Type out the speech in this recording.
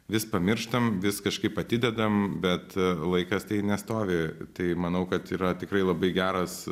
vis pamirštam vis kažkaip atidedam bet laikas tai nestovi tai manau kad yra tikrai labai geras